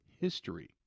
history